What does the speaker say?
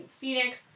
Phoenix